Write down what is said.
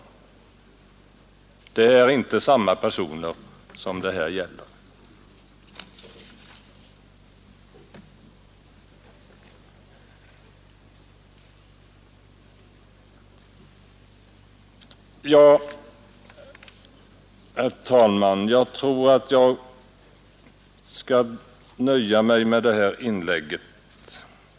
Det är inte samma personer som det här gäller. Herr talman! Jag tror att jag skall nöja mig med det här inlägget i denna del.